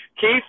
Keith